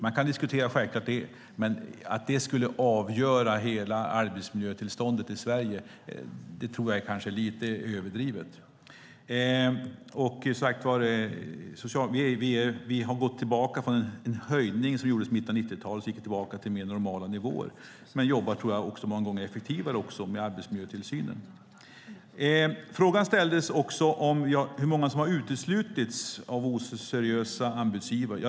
Man kan självklart diskutera det, men att det skulle avgöra hela arbetsmiljötillståndet i Sverige tror jag är lite överdrivet. Vi har gått från en höjning under 90-talet tillbaka till mer normala nivåer. Jag tror att man många gånger också jobbar effektivare med arbetsmiljötillsynen. Frågan ställdes hur många som har uteslutits av oseriösa anbudsgivare.